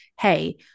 hey